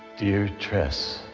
dear teres